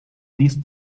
these